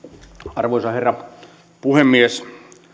arvoisa herra puhemies